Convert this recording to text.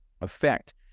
effect